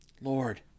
Lord